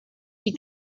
die